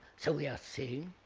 so we are saying,